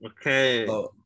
Okay